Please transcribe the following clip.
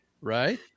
Right